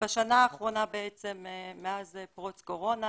בשנה האחרונה בעצם מאז פרוץ קורונה,